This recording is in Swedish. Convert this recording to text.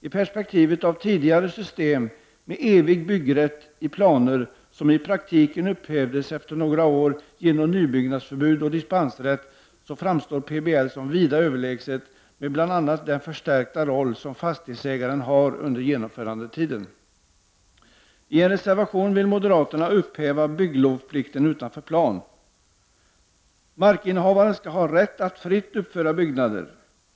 I perspektivet av tidigare system med evig byggrätt i planer som i praktiken upphävdes efter några år genom nybyggnadsförbud och dispensrätt framstår PBL som vida överlägset med bl.a. den förstärkta roll som fastighetsägaren har under genomförandetiden. I en reservation vill moderaterna upphäva bygglovsplikten utanför plan. Markinnehavaren skall ha rätt att fritt uppföra byggnader.